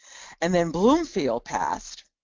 and then bloomfield passed,